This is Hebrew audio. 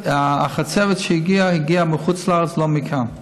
החצבת שהגיעה הגיעה מחוץ לארץ, לא מכאן.